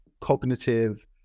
cognitive